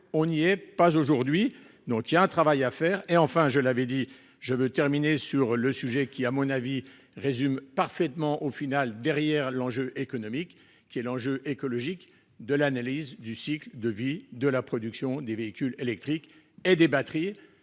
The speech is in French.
on n'y est pas, aujourd'hui, donc il y a un travail à faire et, enfin je l'avais dit je veux terminer sur le sujet qui à mon avis, résument parfaitement au final. Derrière l'enjeu économique qui est l'enjeu écologique de l'analyse du cycle de vie de la production des véhicules électriques et des batteries